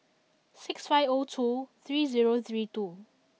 six five O two three zero three two